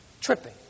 tripping